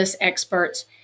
experts